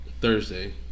Thursday